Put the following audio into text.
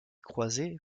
croisés